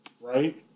right